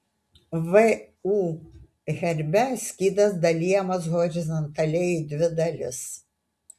vu herbe skydas dalijamas horizontaliai į dvi dalis